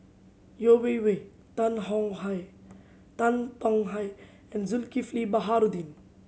Yeo Wei Wei Tan Hong Hye Tan Tong Hye and Zulkifli Baharudin